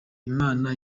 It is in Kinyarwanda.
imana